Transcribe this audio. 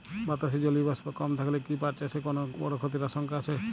বাতাসে জলীয় বাষ্প কম থাকলে কি পাট চাষে কোনো বড় ক্ষতির আশঙ্কা আছে?